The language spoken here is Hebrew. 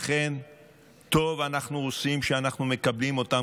לכן טוב אנחנו עושים שאנחנו מקבלים אותם